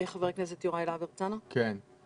חבר הכנסת יוראי להב הרצנו, בבקשה.